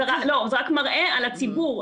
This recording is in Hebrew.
זה רק מראה על הציבור.